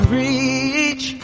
reach